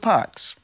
Parks